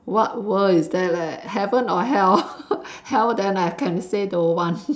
what world is that leh heaven or hell hell then I can say don't want